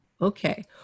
Okay